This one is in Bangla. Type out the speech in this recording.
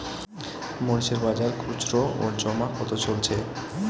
মরিচ এর বাজার খুচরো ও জমা কত চলছে?